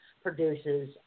Produces